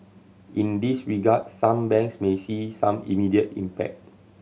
in this regard some banks may see some immediate impact